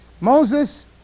Moses